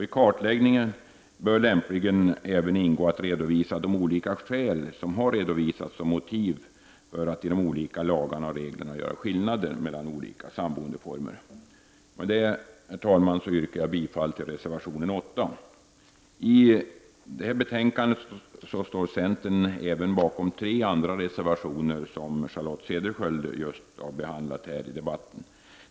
I kartläggningen bör lämpligen även ingå att redovisa de olika skäl som har redovisats som motiv för att i de olika lagarna och reglerna göra skillnader mellan olika samboendeformer. Med detta, herr talman, yrkar jag bifall till reservation 8. I detta betänkande står centern bakom även tre andra reservationer, som Charlotte Cederschiöld just har behandlat här i debatten.